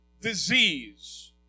disease